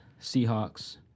Seahawks